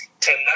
tonight